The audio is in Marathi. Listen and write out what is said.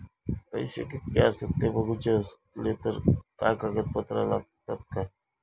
पैशे कीतके आसत ते बघुचे असले तर काय कागद पत्रा लागतात काय?